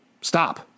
Stop